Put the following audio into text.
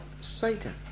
Satan